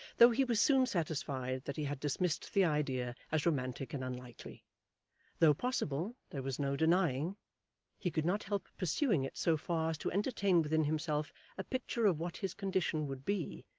though he was soon satisfied that he had dismissed the idea as romantic and unlikely though possible, there was no denying he could not help pursuing it so far as to entertain within himself a picture of what his condition would be,